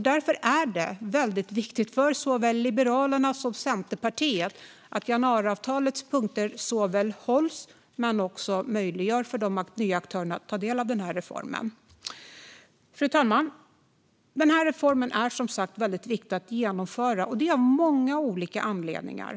Därför är det väldigt viktigt för såväl Liberalerna som Centerpartiet att januariavtalets punkter hålls och att man möjliggör för de nya aktörerna att ta del av den här reformen. Fru talman! Den här reformen är som sagt väldigt viktig att genomföra, och det av många anledningar.